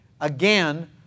again